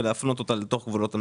היא תופנה לתוך גבולות המדינה,